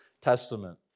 Testament